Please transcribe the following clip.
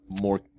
more